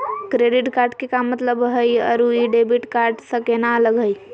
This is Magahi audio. क्रेडिट कार्ड के का मतलब हई अरू ई डेबिट कार्ड स केना अलग हई?